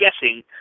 guessing